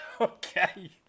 Okay